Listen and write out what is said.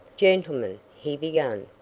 gentlemen, he began,